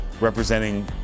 representing